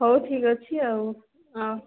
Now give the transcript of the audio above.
ହଉ ଠିକ୍ ଅଛି ଆଉ ହଁ